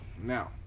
Now